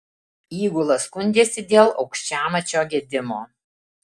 įgula skundėsi dėl aukščiamačio gedimo